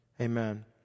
Amen